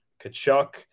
Kachuk